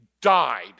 Died